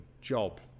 job